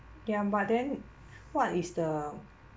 ya but then what is the